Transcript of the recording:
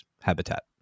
habitat